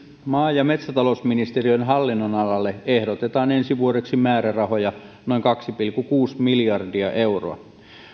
maa ja metsätalousministeriön hallinnon alalle ehdotetaan ensi vuodeksi määrärahoja noin kaksi pilkku kuusi miljardia euroa